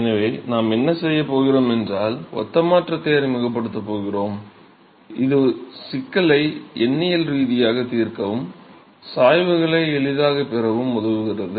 எனவே நாம் என்ன செய்யப் போகிறோமென்றால் ஒத்த மாற்றத்தை அறிமுகப்படுத்தப் போகிறோம் இது சிக்கலை எண்ணியல் ரீதியாக தீர்க்கவும் சாய்வுகளை எளிதாகப் பெறவும் உதவுகிறது